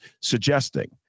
suggesting